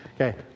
Okay